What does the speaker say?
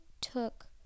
took